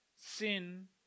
Sin